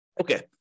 Okay